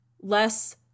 less